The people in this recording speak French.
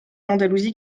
l’andalousie